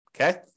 Okay